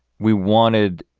we wanted